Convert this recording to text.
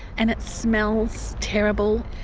and it smells terrible,